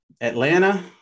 Atlanta